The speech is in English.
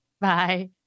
Bye